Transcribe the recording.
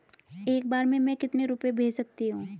एक बार में मैं कितने रुपये भेज सकती हूँ?